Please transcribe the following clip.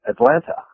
Atlanta